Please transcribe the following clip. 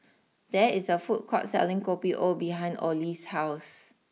there is a food court selling Kopi O behind Olie's house